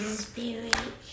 spirit